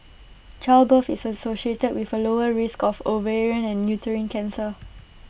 childbirth is associated with A lower risk of ovarian and uterine cancer